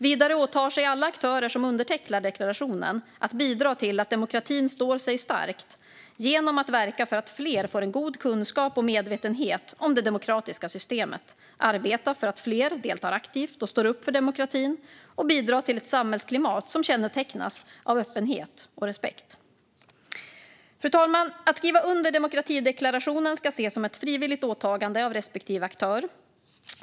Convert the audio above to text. Vidare åtar sig alla aktörer som undertecknar deklarationen att bidra till att demokratin står sig stark genom att verka för att fler får en god kunskap och medvetenhet om det demokratiska systemet, arbeta för att fler deltar aktivt och står upp för demokratin, och bidra till ett samtalsklimat som kännetecknas av öppenhet och respekt. Fru talman! Att skriva under demokratideklarationen ska ses som ett frivilligt åtagande av respektive aktör.